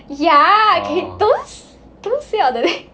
ya don't don't say out the name